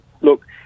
Look